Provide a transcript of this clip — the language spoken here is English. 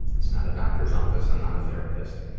it's not a doctor's office. i'm not a therapist.